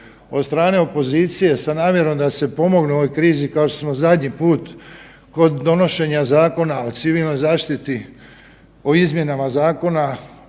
od strane opozicije sa namjerom da se pomogne u ovoj krizi kao što smo zadnji put kod donošenja Zakona o civilnoj zaštiti o izmjenama zakona